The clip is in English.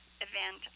event